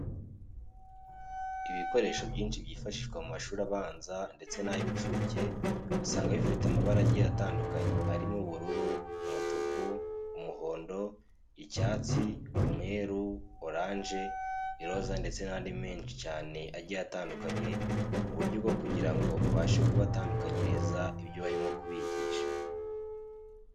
Ibikoresho byinshi byifashishwa mu mashuri abanza ndetse n'ay'inshuke usanga bifite amabara agiye atandukanye arimo ubururu, umutuku, umuhondo, icyatsi, umweru, oranje, iroza ndetse n'andi menshi cyane agiye atandukanye mu buryo bwo kugira ngo babashe kubatandukanyiriza ibyo barimo kubigisha.